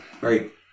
right